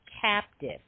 captive